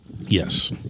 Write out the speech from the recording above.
Yes